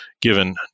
given